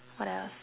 what else